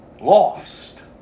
lost